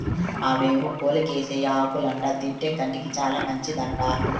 అవేవో కోలోకేసియా ఆకులంట తింటే కంటికి చాలా మంచిదంట